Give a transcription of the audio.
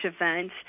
event